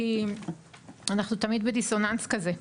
כי אנחנו תמיד בדיסוננס כזה,